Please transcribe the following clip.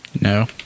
No